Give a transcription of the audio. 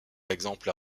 exemple